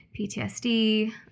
PTSD